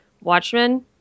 watchmen